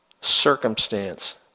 circumstance